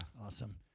Awesome